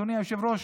אדוני היושב-ראש,